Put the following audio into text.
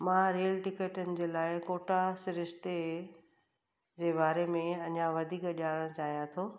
मां रेल टिकटनि जे लाइ कोटा सिरिश्ते जे बारे में अञा वधीक ॼाणणु चाहियां थो